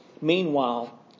Meanwhile